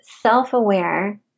self-aware